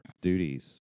duties